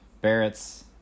Barrett's